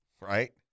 Right